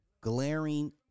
glaring